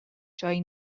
جایی